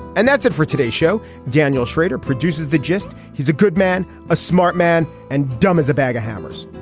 and that's it for today's show. daniel schrader produces the gist. he's a good man a smart man and dumb as a bag of hammers.